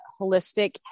holistic